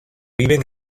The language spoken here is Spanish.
viven